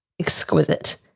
exquisite